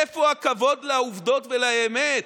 איפה הכבוד לעובדות ולאמת?